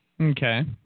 Okay